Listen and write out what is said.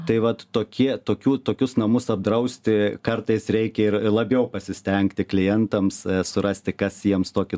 tai vat tokie tokių tokius namus apdrausti kartais reikia ir labiau pasistengti klientams surasti kas jiems tokį